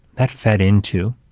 that fed into,